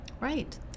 Right